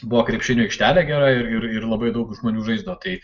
buvo krepšinio aikštelė gera ir ir labai daug žmonių žaizdavo tai